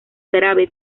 grave